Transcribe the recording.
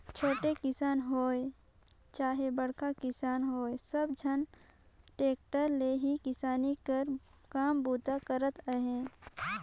छोटे किसान होए चहे बड़खा किसान होए सब झन टेक्टर ले ही किसानी कर काम बूता करत अहे